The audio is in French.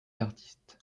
d’artistes